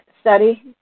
study